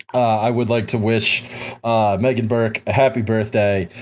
i would like to wish megan burke a happy birthday,